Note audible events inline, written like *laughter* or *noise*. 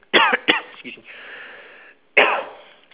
*coughs* excuse me *coughs*